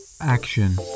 Action